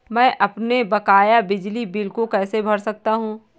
मैं अपने बकाया बिजली बिल को कैसे भर सकता हूँ?